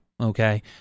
Okay